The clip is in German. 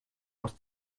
aus